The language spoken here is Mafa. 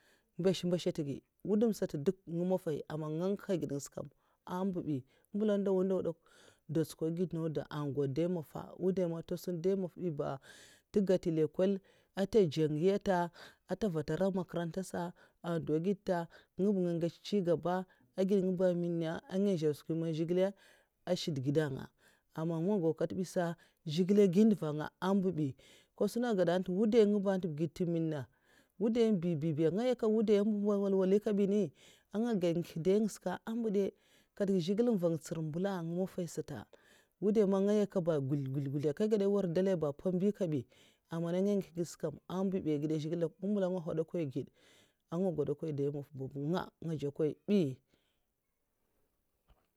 Mbash mbash tè gid wudam sata duk nga mafahi aman nga nguha ged nga sa kam ambu bi mbela ndawa ndaw ba da tsukwod ged nau da ah gud dai mafa wudai man tè sun dai mafa bi ba tè gèt lènquènè'a tè djèn rita èn ta vata ra makaranta sa, an dwo gedta nguba nga ngece ncingba ah gid'nga ba ah min nha an'nga zhèr skwi man zhigilè shèdgèd'a nga ah man nga gèw kat bi sa, zhigilè ah gi ndav nga ambu'bi ka suna gada ntè ba wudai nga ba nta ged nta nwun'na wudainga bibibiya nga nyakata wudai mbuba wal wali kabi ni an nga ga nguh ndeyngsa ambudè katak zhigilè n van tsir mbalanga ah nga mafai sata wudahi man nga nyaka ba ngusl ngusl ka gèda nwèr dalaya ba pèmbi kabi amana nga ngihè gèd sa kam ambubi ageda zhigile ambula nga nhwodakwai ged anga gwada'kwai dai maf'babnga' nga ndzwokwoi bi.